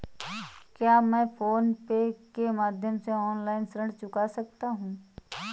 क्या मैं PhonePe के माध्यम से ऑनलाइन ऋण चुका सकता हूँ?